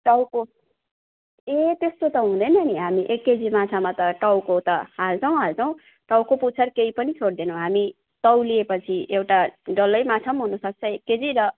टाउको ए त्यस्तो त हुँदैन नि हामी एक केजी माछामा त टाउको त हाल्छौँ हाल्छौँ टाउको पुच्छर केही पनि छोड्दैनौँ हामी तौलिएपछि एउटा डल्लै माछा पनि हुनुसक्छ एक केजी र